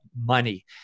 money